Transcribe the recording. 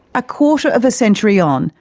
a quarter of a century on,